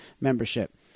membership